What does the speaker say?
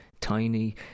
Tiny